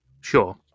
Sure